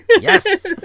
Yes